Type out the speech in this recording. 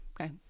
Okay